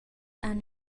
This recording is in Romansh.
han